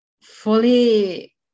fully